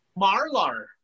Marlar